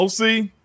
OC